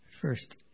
First